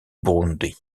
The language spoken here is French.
burundi